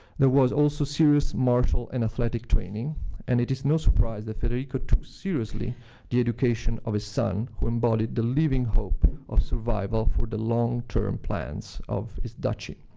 there was also serious martial and athletic training and it is no surprise that federico took seriously the education of his son, who embodied the living hope of survival for the long-term plans of his duchy.